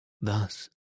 Thus